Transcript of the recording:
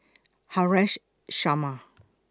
Haresh Sharma